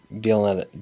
dealing